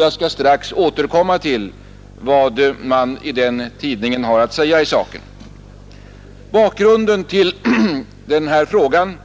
Jag skall strax återkomma till vad man i den nämnda tidningen har att säga i saken. Bakgrunden till den här frågan